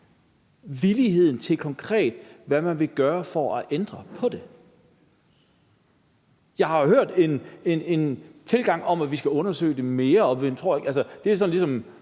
villigheden til, hvad man konkret vil gøre for at ændre på det. Jeg har hørt en tilgang om, at vi skal undersøge det mere og altså, det er sådan ligesom